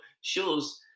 shows